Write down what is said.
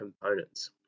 components